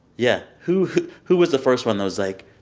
yeah. who who was the first one that was like?